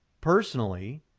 personally